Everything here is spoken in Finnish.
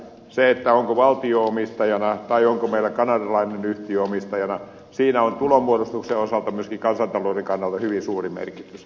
sillä onko valtio omistajana vai onko meillä kanadalainen yhtiö omistajana on tulonmuodostuksen osalta myöskin kansantalouden kannalta hyvin suuri merkitys